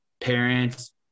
parents